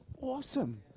awesome